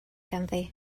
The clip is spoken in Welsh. ganddi